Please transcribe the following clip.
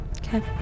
Okay